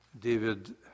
David